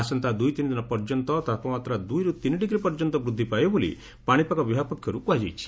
ଆସନ୍ତା ଦୁଇ ତିନି ଦିନ ପର୍ଯ୍ୟନ୍ତ ତାପମାତ୍ରା ଦୁଇରୁ ତିନି ଡିଗ୍ରୀ ବୃଦ୍ଧି ପାଇବ ବୋଲି ପାଶିପାଗ ବିଭାଗ ପକ୍ଷର୍ କୁହାଯାଇଛି